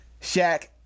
Shaq